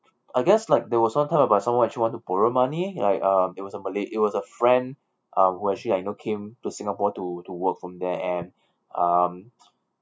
I guess like there was one time about someone actually want to borrow money like um it was a malay it was a friend uh who actually like you know came to singapore to to work from there and um